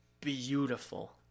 beautiful